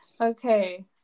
Okay